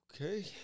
Okay